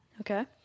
okay